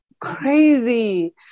crazy